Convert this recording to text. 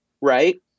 right